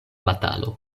batalo